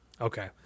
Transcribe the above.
Okay